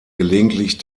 gelegentlich